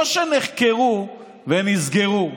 לא שנחקרו ונסגרו,